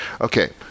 Okay